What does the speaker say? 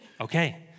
Okay